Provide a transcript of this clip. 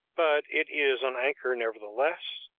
but it is an anchor, nevertheless,